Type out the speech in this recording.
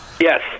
Yes